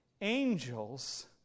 angels